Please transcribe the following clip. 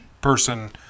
person